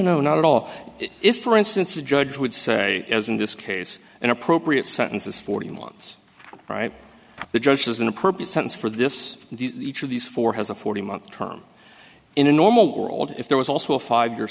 no not at all if for instance a judge would say as in this case an appropriate sentence is fourteen months right the judge has an appropriate sentence for this each of these four has a fourteen month term in a normal world if there was also a five year